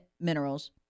minerals